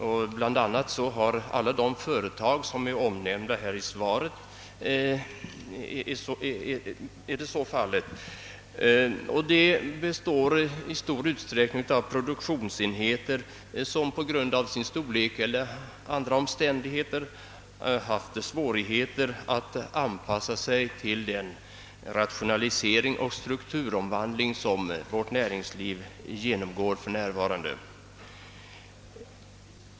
Detta är fallet med bl.a. alla de företag som är omnämnda i svaret. Här finnes en rad produktionsenheter som på grund av sin storlek eller andra omständigheter haft svårigheter att anpassa sig till den rationalisering och strukturomvandling som vårt näringsliv genomgår för närvarande.